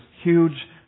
huge